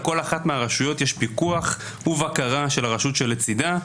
על כל אחת מהרשויות יש פיקוח ובקרה של הרשות שלצידה.